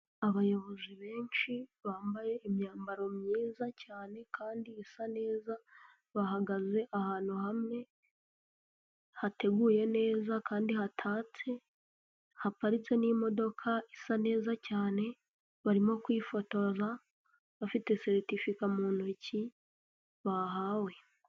Abayobozi benshi bambaye imyambaro myiza cyane kandi isa neza, bahagaze ahantu hamwe hateguye neza kandi hatatse, haparitse n'imodoka isa neza cyane, barimo kwifotoza bafite seritifika mu ntoki bahawe.